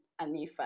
Anifa